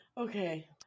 Okay